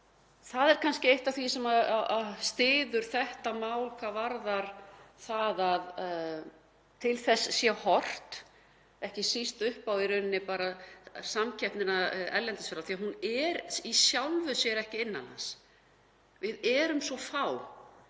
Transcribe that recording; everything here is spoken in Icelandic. Það er kannski eitt af því sem styður þetta mál hvað varðar það að til þess sé horft, ekki síst upp á í rauninni bara samkeppnina erlendis frá því að hún er í sjálfu sér ekki innan lands. Við erum svo fá,